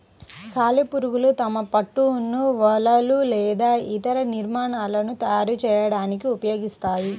సాలెపురుగులు తమ పట్టును వలలు లేదా ఇతర నిర్మాణాలను తయారు చేయడానికి ఉపయోగిస్తాయి